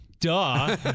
Duh